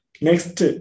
next